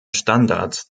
standards